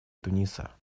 туниса